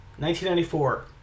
1994